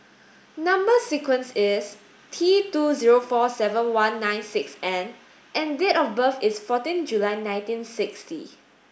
number sequence is T two zero four seven one nine six N and date of birth is fourteen July nineteen sixty